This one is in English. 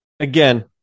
Again